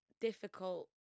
difficult